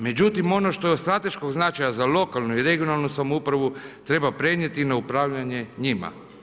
Međutim, ono što je od strateškog značaja za lokalnu i regionalnu samoupravu, treba prenijeti na upravljanje njima.